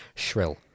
shrill